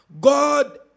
God